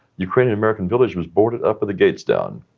ukrainian american village was boarded up with the gates down.